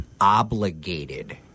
Obligated